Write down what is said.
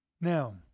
Now